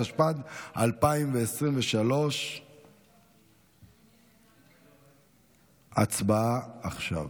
התשפ"ד 2023. הצבעה עכשיו.